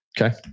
Okay